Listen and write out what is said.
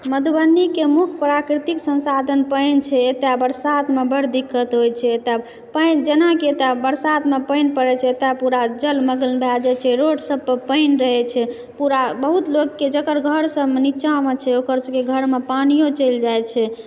मधुबनीके मुख्य प्राकृतिक संसाधन पानि छै एतय बरसातमे बड़ दिक्कत होयत छै जेनाकि एतय बरसातमे पानि पड़ैत छै तऽ पूरा जलमग्न भए जाइत छै रोडसभ पर पानि रहैत छै पूरा बहुत लोकके जेकर घरसभ नीचाँमे छै ओकर सभके घरमे पानिओ चलि जाइत छै